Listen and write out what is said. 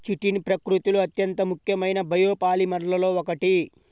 chitin ప్రకృతిలో అత్యంత ముఖ్యమైన బయోపాలిమర్లలో ఒకటి